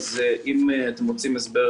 אבל אם אתם בכל זאת רוצים הסבר,